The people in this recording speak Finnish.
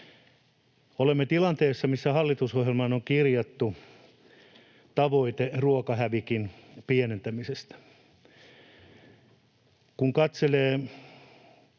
Olemme tilanteessa, missä hallitusohjelmaan on kirjattu tavoite ruokahävikin pienentämisestä. Kun katselee